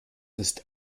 ist